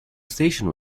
station